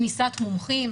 כניסת מומחים,